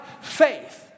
faith